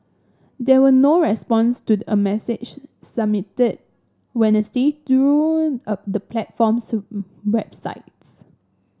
there were no response to a message submitted Wednesday through a the platform's websites